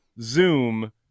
Zoom